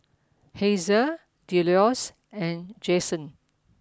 Hazel Delois and Jaxon